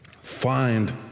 Find